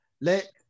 Let